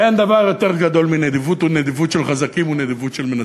אין דבר יותר גדול מנדיבות ומנדיבות של חזקים ומנדיבות של מנצחים.